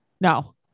No